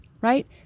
Right